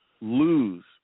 lose